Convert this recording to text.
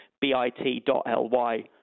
bit.ly